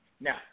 Now